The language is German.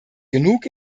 genug